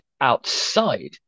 outside